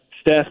Steph